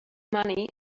money